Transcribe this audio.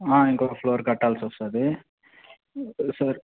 ఇంకొక ఫ్లోర్ కట్టాల్సొస్తుంది సార్